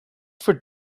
for